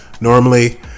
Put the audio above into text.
Normally